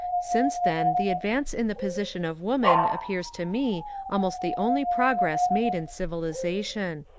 since then the advance in the position of woman appears to me almost the only progress made in civilization.